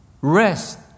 Rest